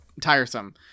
tiresome